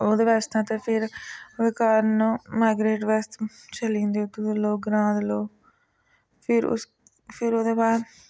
ओह्दे वास्तै ते फिर इक कारण माइग्रेट वास्तै चली जंदे उत्थुं दे लोक ग्रांऽ दे लोक फिर उस फिर ओह्दे बाद